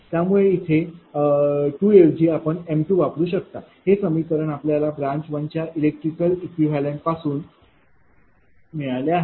त्यामुळे इथे 2 ऐवजी आपण m2 वापरू कारण हे समीकरण आपल्याला ब्रांच 1 च्या इलेक्ट्रिकल इक्विवलेंत पासून मिळाले आहे